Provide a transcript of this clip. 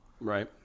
Right